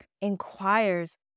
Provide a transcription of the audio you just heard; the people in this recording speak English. inquires